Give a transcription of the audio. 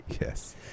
Yes